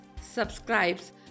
subscribes